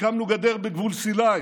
הקמנו גדר בגבול סיני.